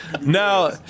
Now